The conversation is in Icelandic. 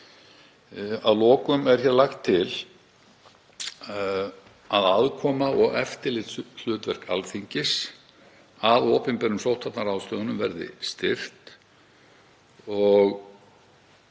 Að lokum er lagt til að aðkoma og eftirlitshlutverk Alþingis að opinberum sóttvarnaráðstöfunum verði styrkt og